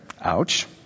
Ouch